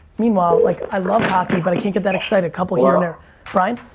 meanwhile like i love hockey but i can't get that excited, a couple here and there. bryan,